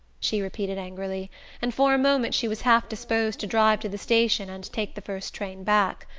she repeated angrily and for a moment she was half-disposed to drive to the station and take the first train back.